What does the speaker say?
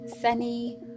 sunny